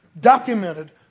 documented